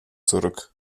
zurück